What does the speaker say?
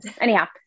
Anyhow